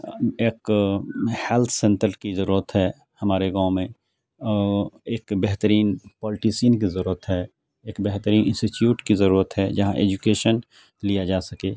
ایک health centre کی ضرورت ہے ہمارے گاؤں میں ایک بہترین پولیٹیسین کی ضرورت ہے ایک بہترین انسٹیٹیوٹ کی ضرورت ہے جہاں ایجوکیشن لیا جا سکے